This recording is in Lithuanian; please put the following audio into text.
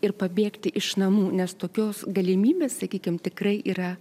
ir pabėgti iš namų nes tokios galimybės sakykim tikrai yra